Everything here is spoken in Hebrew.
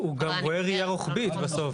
הוא גם רואה ראייה רוחבית בסוף.